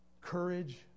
courage